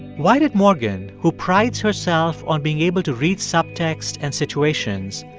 why did morgan, who prides herself on being able to read subtext and situations,